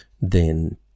then-